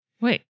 wait